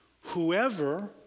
Whoever